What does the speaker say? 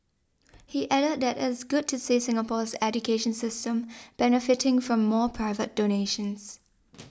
he added that it's good to see Singapore's education system benefiting from more private donations